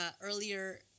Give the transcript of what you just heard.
Earlier